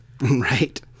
right